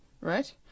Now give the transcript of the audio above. Right